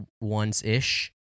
once-ish